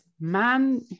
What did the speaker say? man